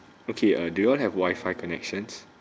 okay uh do you all have wifi connections